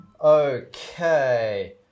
Okay